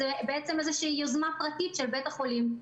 זה איזה יוזמה פרטית של בית החולים,